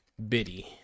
biddy